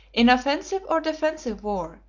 in offensive or defensive war,